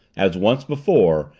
as once before,